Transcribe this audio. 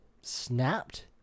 snapped